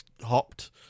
hopped